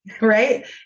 right